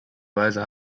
weise